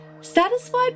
satisfied